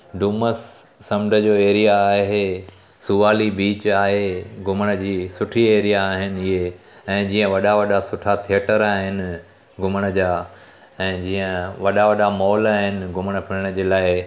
डूमस समुंड जो एरिया आहे सुवाली बीच आहे घुमण जी सुठी एरिया आहिनि इहे ऐं जीअं वॾा वॾा सुठा थिएटर आहिनि घुमण जा ऐं जीअं वॾा वॾा मॉल आहिनि घुमण फिरण जे लाइ